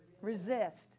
Resist